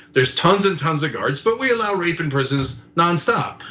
there's tons and tons of guards, but we allow rape in prisons non stop.